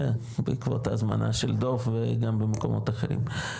בעקבות ההזמנה של דוב וגם במקומות אחרים.